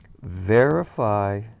verify